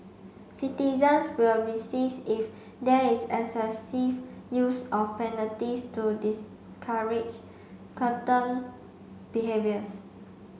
citizens will resist if there is excessive use of penalties to discourage curtain behaviours